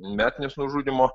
metines nužudymo